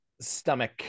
stomach